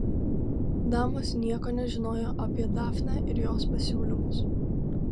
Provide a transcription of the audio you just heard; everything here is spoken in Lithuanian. damos nieko nežinojo apie dafnę ir jos pasiūlymus